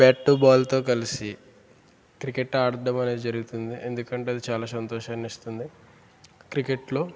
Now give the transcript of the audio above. bat బాల్తో కలిసి cricket ఆడటం అనేది జరుగుతుంది ఎందుకంటే అది చాలా సంతోషాన్ని ఇస్తుంది క్రికెట్లో